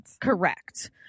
Correct